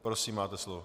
Prosím, máte slovo.